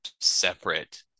separate